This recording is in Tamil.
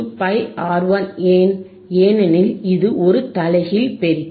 ஏனெனில் இது ஒரு தலைகீழ் பெருக்கி